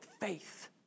faith